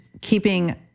keeping